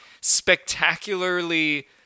spectacularly